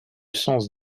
sens